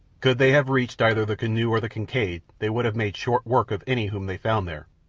could they have reached either the canoe or the kincaid they would have made short work of any whom they found there,